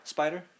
Spider